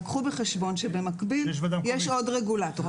לקחו בחשבון שבמקביל יש עוד רגולטור.